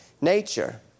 nature